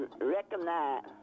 recognize